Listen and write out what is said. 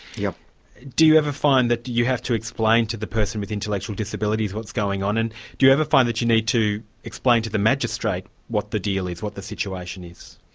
yeah do you ever find that you have to explain to the person with intellectual disabilities what's going on, and do you ever find that you need to explain to the magistrate what the deal is, what the situation is?